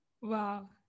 Wow